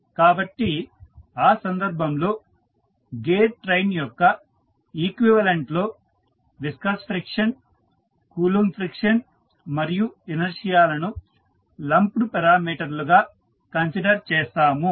కాబట్టి ఆ సందర్భంలో గేర్ ట్రైన్ యొక్క ఈక్వివలెంట్ లో విస్కస్ ఫ్రిక్షన్ కూలుంబ్ ఫ్రిక్షన్ మరియు ఇనర్షియాలను లంప్డ్ పెరామీటర్లుగా కన్సిడర్ చేస్తాము